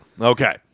Okay